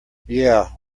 yeah